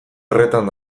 horretan